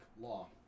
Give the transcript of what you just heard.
law